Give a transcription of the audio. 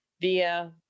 via